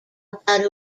about